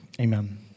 Amen